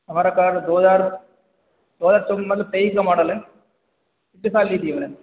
हमारे पास दो हज़ार दो हज़ार सन मतलब तेईस का मॉडल है पिछले साल ली थी हमने